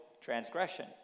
transgression